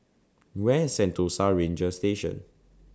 Where IS Sentosa Ranger Station